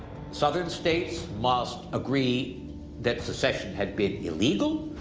southern states must agree that secession had been illegal,